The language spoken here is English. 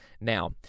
Now